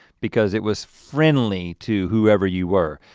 because it was friendly to whoever you were.